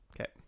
Okay